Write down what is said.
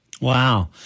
Wow